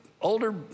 older